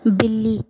ਬਿੱਲੀ